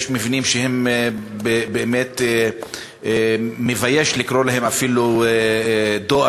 יש מבנים שבאמת מבייש לקרוא להם אפילו דואר,